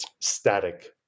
static